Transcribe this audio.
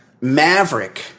Maverick